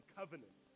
covenant